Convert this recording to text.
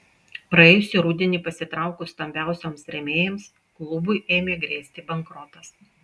praėjusį rudenį pasitraukus stambiausiems rėmėjams klubui ėmė grėsti bankrotas